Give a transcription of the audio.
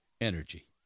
energy